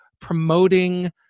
promoting